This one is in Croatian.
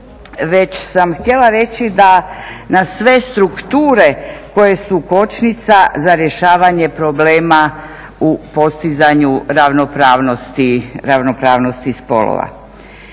već sam htjela reći da na sve strukture koje su kočnica za rješavanje problema u postizanju ravnopravnosti spolova.